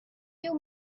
you